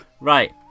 right